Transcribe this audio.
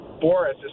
Boris